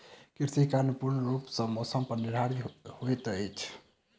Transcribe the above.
कृषि कार्य पूर्ण रूप सँ मौसम पर निर्धारित होइत अछि